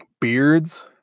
beards